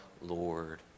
Lord